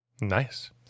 Nice